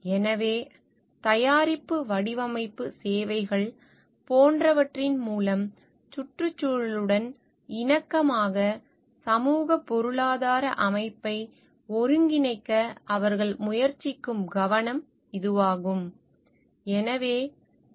எனவே தயாரிப்பு வடிவமைப்பு சேவைகள் போன்றவற்றின் மூலம் சுற்றுச்சூழலுடன் இணக்கமாக சமூகப் பொருளாதார அமைப்பை ஒருங்கிணைக்க அவர்கள் முயற்சிக்கும் கவனம் இதுவாகும்